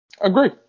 agree